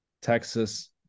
Texas